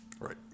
Right